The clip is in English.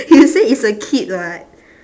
you said it's a kid [what]